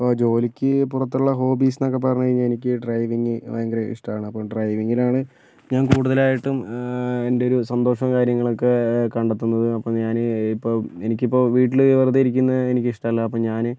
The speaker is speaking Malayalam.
ഇപ്പോൾ ജോലിക്ക് പുറത്തുള്ള ഹോബീസ് എന്നൊക്കെ പറഞ്ഞു കഴിഞ്ഞാൽ എനിക്ക് ഡ്രൈവിംഗ് ഭയങ്കര ഇഷ്ടമാണ് അപ്പോൾ ഡ്രൈവിങ്ങിലാണ് ഞാൻ കൂടുതലായിട്ടും എൻ്റെയൊരു സന്തോഷവും കാര്യങ്ങളൊക്കെ കണ്ടെത്തുന്നത് അപ്പോൾ ഞാൻ ഇപ്പോൾ എനിക്കിപ്പോൾ വീട്ടിൽ വെറുതെ ഇരിക്കുന്നത് എനിക്കിഷ്ടമല്ല അപ്പോൾ ഞാൻ